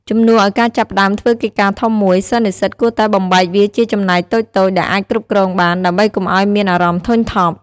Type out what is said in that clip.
ជំនួសឱ្យការចាប់ផ្តើមធ្វើកិច្ចការធំមួយ សិស្សនិស្សិតគួរតែបំបែកវាជាចំណែកតូចៗដែលអាចគ្រប់គ្រងបាន ដើម្បីកុំឱ្យមានអារម្មណ៍ធុញថប់។